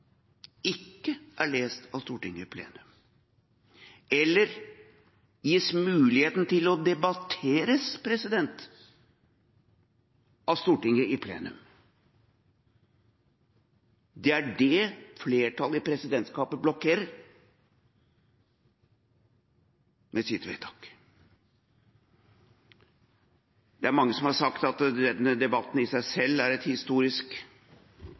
ikke er lest av Stortinget i plenum – eller gis mulighet til å debatteres av Stortinget i plenum. Det er det flertallet i presidentskapet blokkerer med sitt vedtak. Det er mange som har sagt at debatten i seg selv er en historisk